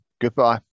goodbye